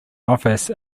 office